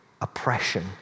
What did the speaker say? oppression